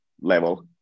level